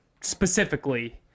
specifically